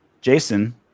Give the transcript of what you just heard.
jason